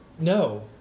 No